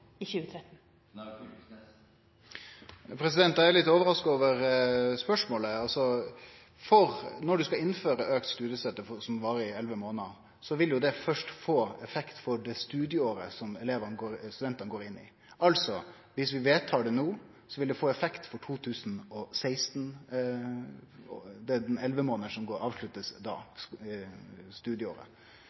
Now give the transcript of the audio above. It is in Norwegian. i 2013? Eg er litt overraska over spørsmålet. Når ein skal innføre auka studiestøtte, som varer i elleve månader, vil det først få effekt for det studieåret som studentane går inn i. Altså: Dersom vi vedtar det no, vil det få effekt for 2016, den ellevte månaden, som da avsluttar studieåret. Den normale måten å starte ei opptrapping av studiestøtta på er nettopp å varsle det